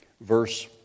verse